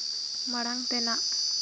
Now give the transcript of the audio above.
ᱢᱟᱲᱟᱝ ᱛᱮᱱᱟᱜ